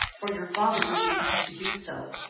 for your father wishes you to do so,